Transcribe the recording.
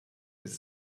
its